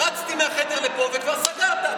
רצתי מהחדר לפה וכבר סגרת.